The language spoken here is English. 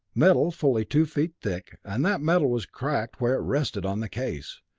metal fully two feet thick, and that metal was cracked where it rested on the case,